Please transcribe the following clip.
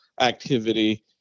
activity